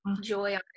joy